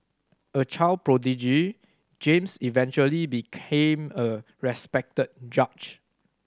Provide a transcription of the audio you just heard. a child prodigy James eventually became a respected judge